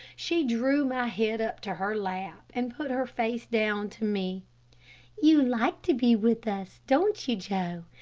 she drew my head up to her lap, and put her face down to me you like to be with us, don't you, joe?